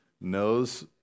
knows